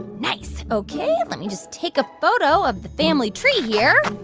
nice. ok, let me just take a photo of the family tree here